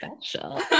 special